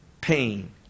pain